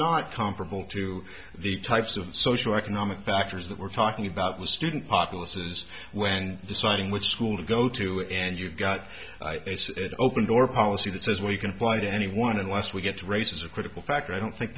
not comparable to the types of social economic factors that we're talking about was student populaces when deciding which school to go to and you've got the open door policy that says we can fight anyone unless we get raises a critical factor i don't think